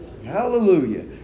Hallelujah